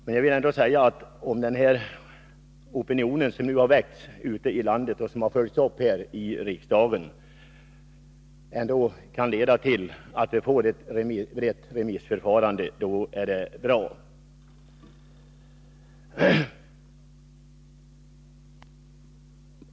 Men jag vill säga att om den opinion som väckts ute i landet och har följts upp här i riksdagen leder till ett brett remissförfarande är det bra.